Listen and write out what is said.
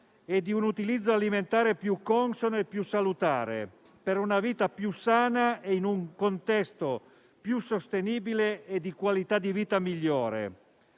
di un utilizzo alimentare più consono e più salutare, per una vita più sana e in un contesto più sostenibile e di qualità di vita migliore.